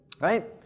Right